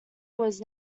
was